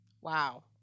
Wow